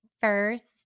First